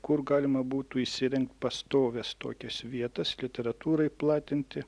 kur galima būtų įsirengti pastovias tokias vietas literatūrai platinti